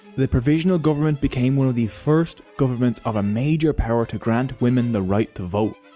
the provisional government became one of the first governments of a major power to grant women the right to vote.